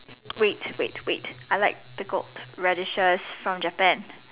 wait wait wait I like pickled radishes from Japan